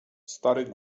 stary